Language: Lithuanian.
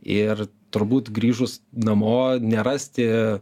ir turbūt grįžus namo nerasti